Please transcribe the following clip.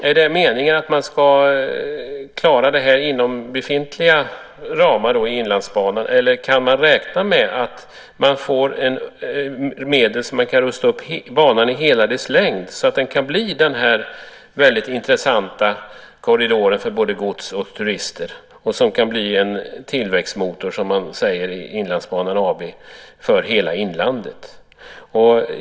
Är det meningen att man ska klara det här inom befintliga ramar för Inlandsbanan, eller kan man räkna med att man får medel så att man kan rusta upp banan i hela dess längd, så att den kan bli denna väldigt intressanta korridor för både gods och turister och kan bli en tillväxtmotor, som man säger från Inlandsbanan AB, för hela inlandet?